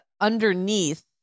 underneath